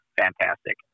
fantastic